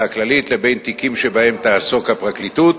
המשטרתית לבין תיקים שבהם תעסוק הפרקליטות,